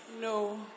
No